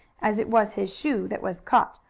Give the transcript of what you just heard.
as it was his shoe that was caught,